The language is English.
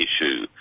issue